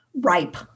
ripe